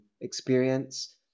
experience